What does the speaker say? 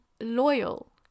loyal